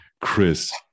Chris